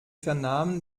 vernahmen